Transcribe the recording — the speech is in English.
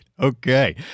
Okay